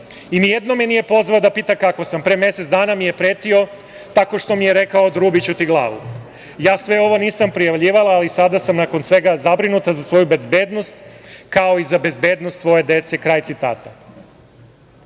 i nijednom me nije pozvao da pita kako sam. Pre mesec dana mi je pretio, tako što mi je rekao – odrubiću ti glavu. Ja sve ovo nisam prijavljivala, ali sada sam nakon svega zabrinuta za svoju bezbednost, kao i za bezbednost svoje dece“. Kraj citata.